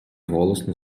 голосно